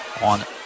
on